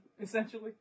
essentially